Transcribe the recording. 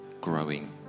growing